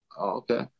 okay